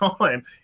time